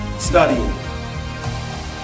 Studying